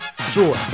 Sure